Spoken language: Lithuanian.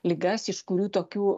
ligas iš kurių tokių